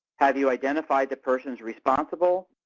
have you identified the persons responsible?